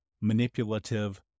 manipulative